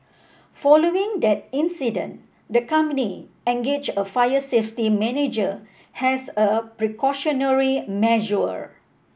following that incident the company engaged a fire safety manager as a precautionary measure